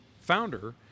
founder